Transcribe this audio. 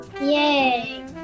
Yay